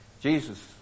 Jesus